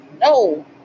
no